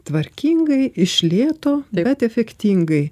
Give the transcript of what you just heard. tvarkingai iš lėto bet efektingai